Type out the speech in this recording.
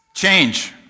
Change